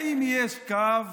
האם יש קו